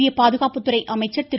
மத்திய பாதுகாப்புத்துறை அமைச்சர் திரு